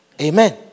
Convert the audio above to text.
Amen